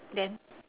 then